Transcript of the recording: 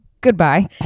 Goodbye